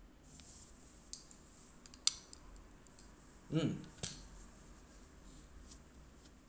mm